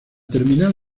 terminal